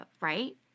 Right